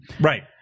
Right